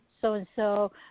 so-and-so